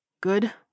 Good